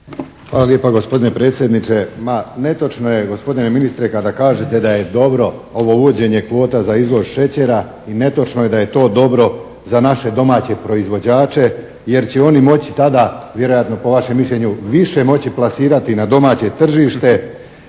Hvala lijepo gospodine predsjedniče. Ma netočno je gospodine ministre kada kažete da je dobro ovo uvođenje kvota za izvoz šećera i netočno je da je to dobro za naše domaće proizvođače jer će oni moći tada vjerojatno po vašem mišljenju više moći plasirati na domaće tržište.